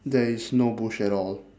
there is no bush at all